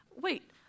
Wait